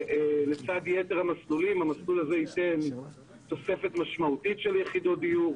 לצד יתר המסלולים המסלול הזה ייתן תוספת משמעותית של יחידות דיור.